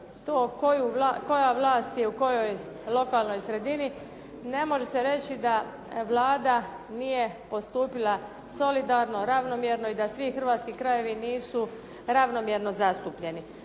koja vlast i u kojoj lokalnoj sredini, ne može se reći da Vlada nije postupila solidarno i ravnomjerno i da svi hrvatski krajevi nisu ravnomjerno zastupljeni.